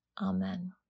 Amen